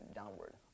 downward